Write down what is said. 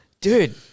Dude